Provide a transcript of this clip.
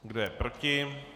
Kdo je proti?